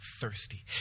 thirsty